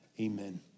Amen